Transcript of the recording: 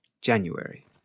January